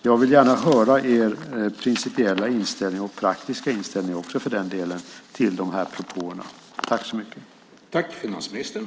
Jag vill gärna höra er inställning, principiellt och för den delen också praktiskt, till de här propåerna.